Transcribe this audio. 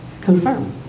confirm